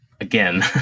again